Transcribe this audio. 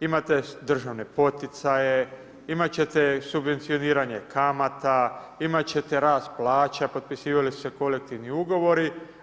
imate državne poticaje, imati ćete subvencioniranje kamata, imati ćete rast plaća, potpisivali su se kolektivni ugovori.